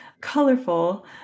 colorful